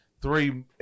three